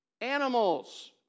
animals